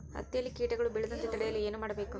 ಹತ್ತಿಯಲ್ಲಿ ಕೇಟಗಳು ಬೇಳದಂತೆ ತಡೆಯಲು ಏನು ಮಾಡಬೇಕು?